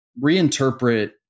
reinterpret